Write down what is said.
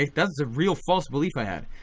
like that's a real false belief i had.